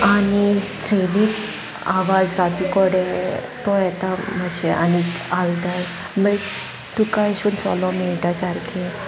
आनी थंयलीच आवाज राती कोडे तो येता मातशें आनीक हलती बट तुका अशे करून चलोंक मेळटा सारकें